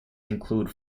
include